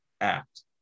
act